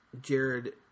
Jared